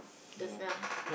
the smell